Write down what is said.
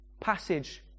passage